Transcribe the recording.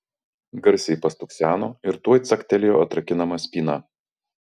garsiai pastukseno ir tuoj caktelėjo atrakinama spyna